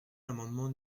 l’amendement